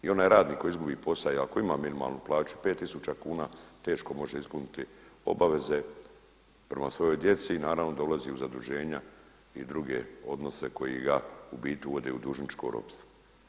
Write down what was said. I onaj radnik koji izgubi posao i ako ima minimalnu plaću pet tisuća kuna teško može ispuniti obaveze prema svojoj djeci i naravno dolazi u zaduženja i druge odnose koji ga u biti uvodi u dužničko ropstvo.